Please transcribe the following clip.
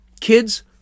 Kids